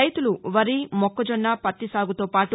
రైతులు వరి మొక్కజొన్న పత్తి సాగుతో పాటు